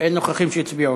אין נוכחים שלא הצביעו.